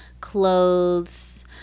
clothes